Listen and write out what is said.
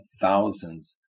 thousands